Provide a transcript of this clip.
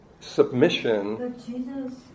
Submission